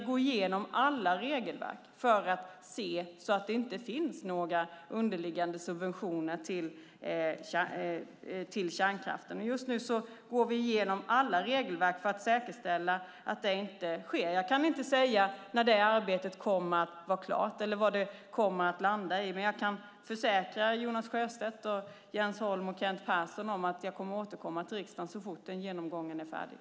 Vi går nu igenom alla regelverk för att säkerställa att det inte finns några underliggande subventioner till kärnkraften. Jag kan inte säga när det arbetet kommer att vara klart eller vad det kommer att landa i, men jag kan försäkra Jonas Sjöstedt, Jens Holm och Kent Persson att jag kommer att återkomma till riksdagen så fort den genomgången är färdig.